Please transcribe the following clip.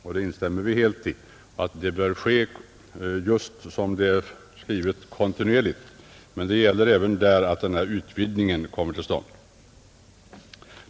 Vi instämmer i just detta att översynen bör ske kontinuerligt. Men även här bör nämnda utvidgning komma till stånd.